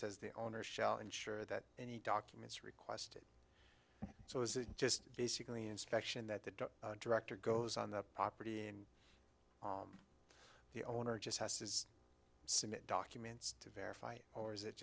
says the owner shall ensure that any documents request it so is it just basically inspection that the director goes on the property and the owner just has his signet documents to verify it or is it